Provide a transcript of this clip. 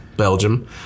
Belgium